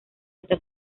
está